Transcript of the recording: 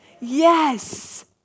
Yes